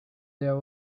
there